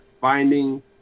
finding